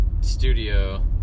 Studio